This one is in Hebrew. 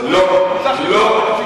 תקציב.